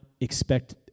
expect